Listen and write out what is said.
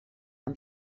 amb